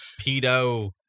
pedo